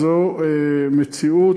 זו מציאות,